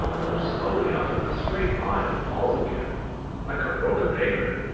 goes slowly up in a straight line and falls again like a broken aigrette.